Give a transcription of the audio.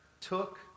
took